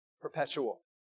perpetual